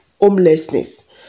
homelessness